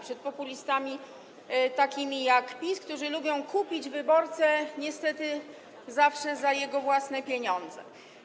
Przed populistami takimi jak PiS, którzy lubią kupić wyborcę, niestety zawsze za jego własne pieniądze.